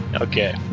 okay